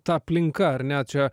ta aplinka ar ne čia